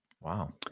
wow